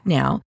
now